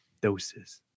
Doses